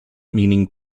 meaning